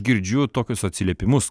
girdžiu tokius atsiliepimus